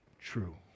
true